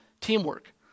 teamwork